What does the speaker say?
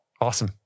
awesome